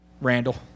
Randall